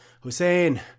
hussein